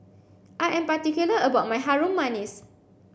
I am particular about my Harum Manis